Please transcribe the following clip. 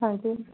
हाँ जी